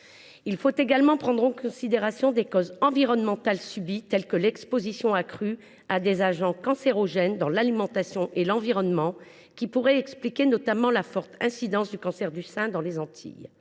il faut également prendre en considération l’exposition accrue à des agents cancérogènes dans l’alimentation et l’environnement, qui pourraient expliquer notamment la forte incidence du cancer du sein dans les Antilles.